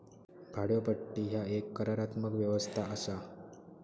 भाड्योपट्टी ह्या एक करारात्मक व्यवस्था असा